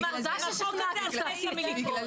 עם החוק הזה את פסע מלקרוס.